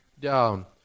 down